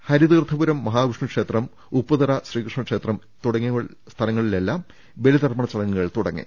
ഹരിതീർത്ഥപുരം മഹാവിഷ്ണുക്ഷേ ത്രം ഉപ്പുതറ ശ്രീകൃഷ്ണ ക്ഷേത്രം എന്നിവിടങ്ങളിലെല്ലാം ബലി തർപ്പണ ചടങ്ങുകൾ തുടങ്ങി